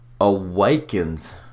awakens